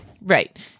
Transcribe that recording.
Right